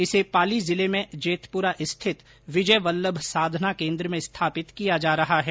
इसे पाली जिले में जेतपुरा स्थित विजय वल्लभ साधना केंद्र में स्थापित किया जा रहा है